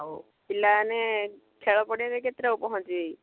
ଆଉ ପିଲାମାନେ ଖେଳ ପଡ଼ିଆରେ କେତେଟାକୁ ପହଞ୍ଚିବେ କି